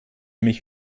mich